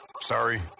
Sorry